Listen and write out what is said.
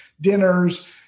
dinners